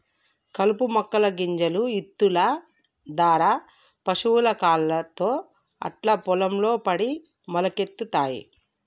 కలుపు మొక్కల గింజలు ఇత్తుల దారా పశువుల కాళ్లతో అట్లా పొలం లో పడి మొలకలొత్తయ్